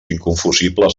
inconfusibles